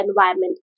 environment